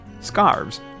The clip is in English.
scarves